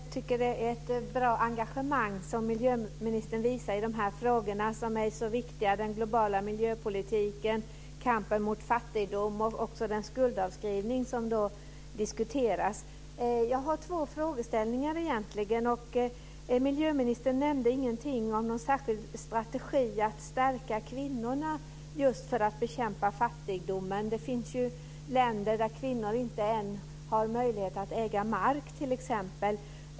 Fru talman! Jag tycker att miljöministern visar ett bra engagemang i de här frågorna, som är så viktiga: den globala miljöpolitiken, kampen mot fattigdom och den skuldavskrivning som diskuteras. Jag har två frågor. Miljöministern nämnde inget om någon särskild strategi för att stärka kvinnorna för bekämpande av fattigdomen. Det finns t.ex. länder där kvinnor inte ens har möjlighet att äga mark.